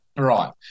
Right